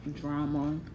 drama